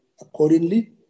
accordingly